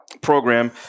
program